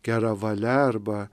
gera valia arba